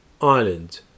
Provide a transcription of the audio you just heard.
Ireland